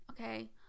okay